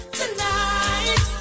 tonight